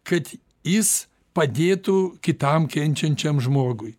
kad jis padėtų kitam kenčiančiam žmogui